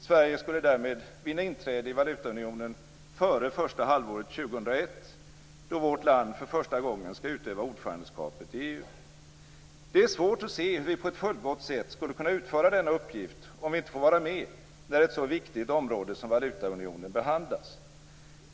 Sverige skulle därmed vinna inträde i valutaunionen före första halvåret 2001, då vårt land för första gången skall utöva ordförandeskapet i EU. Det är svårt att se hur vi på ett fullgott sätt skulle kunna utföra denna uppgift, om vi inte får vara med när ett så viktigt område som valutaunionen behandlas.